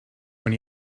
when